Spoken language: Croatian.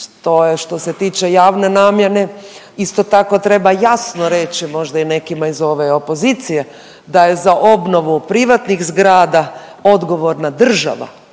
što se tiče javne namjene. Isto tako treba jasno reći možda i nekima iz ove opozicije da je za obnovu privatnih zgrada odgovorna država